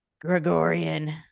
Gregorian